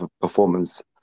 performance